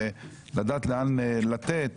ולדעת לאן לתת